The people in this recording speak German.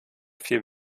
viel